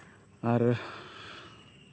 ᱟᱨ